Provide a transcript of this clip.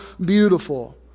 beautiful